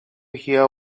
hear